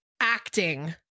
acting